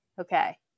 Okay